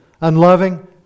unloving